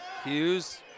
Hughes